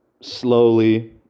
slowly